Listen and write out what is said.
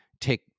take